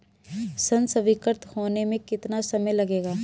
ऋण स्वीकृत होने में कितना समय लगेगा?